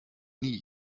nie